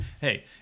hey